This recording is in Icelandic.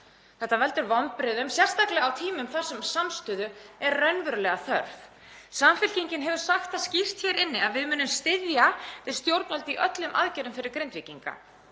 Þetta veldur vonbrigðum, sérstaklega á tímum þar sem samstöðu er raunverulega þörf. Samfylkingin hefur sagt það skýrt hér inni að við munum styðja við stjórnvöld í öllum aðgerðum fyrir Grindvíkinga